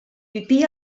pipí